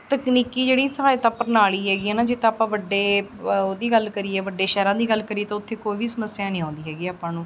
ਤਕਨੀਕੀ ਜਿਹੜੀ ਸਹਾਇਤਾ ਪ੍ਰਣਾਲੀ ਹੈਗੀ ਹੈ ਨਾ ਜਿੱਥੋਂ ਆਪਾਂ ਵੱਡੇ ਉਹਦੀ ਗੱਲ ਕਰੀਏ ਵੱਡੇ ਸ਼ਹਿਰਾਂ ਦੀ ਗੱਲ ਕਰੀਏ ਤਾਂ ਓਥੇ ਕੋਈ ਵੀ ਸਮੱਸਿਆ ਨਹੀਂ ਆਉਂਦੀ ਹੈਗੀ ਆਪਾਂ ਨੂੰ